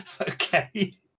Okay